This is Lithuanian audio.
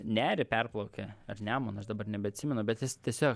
nerį perplaukė ar nemuną aš dabar nebeatsimenu bet jis tiesiog